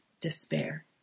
despair